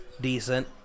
decent